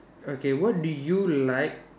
okay what do you like